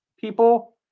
people